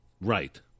Right